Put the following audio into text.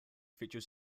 features